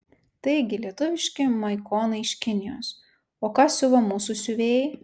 taigi lietuviški maikonai iš kinijos o ką siuva mūsų siuvėjai